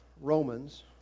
Romans